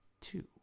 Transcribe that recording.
two